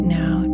now